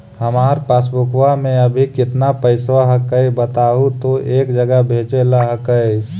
हमार पासबुकवा में अभी कितना पैसावा हक्काई बताहु तो एक जगह भेजेला हक्कई?